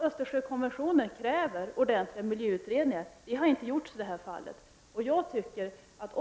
Östersjökonventionen kräver ordentliga miljöutredningar. Sådana har inte gjorts i detta fall.